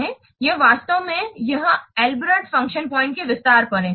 यह वास्तव में यह इस अल्ब्रेक्ट फ़ंक्शन पॉइंट के विस्तार पर है